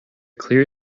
clear